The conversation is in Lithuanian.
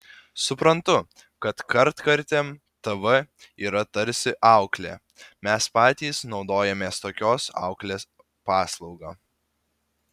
suprantu kad kartkartėm tv yra tarsi auklė mes patys naudojamės tokios auklės paslauga